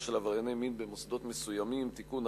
של עברייני מין במוסדות מסוימים (תיקון,